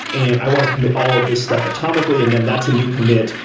and i want to commit all of this stuff atomically, and then that's a new commit,